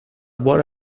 buona